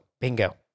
Bingo